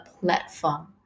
platform